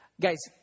guys